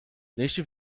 neste